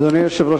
אדוני היושב-ראש,